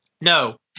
No